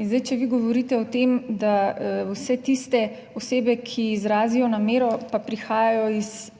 In zdaj, če vi govorite o tem, da vse tiste osebe, ki izrazijo namero, pa prihajajo iz